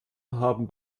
haben